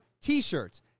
t-shirts